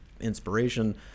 inspiration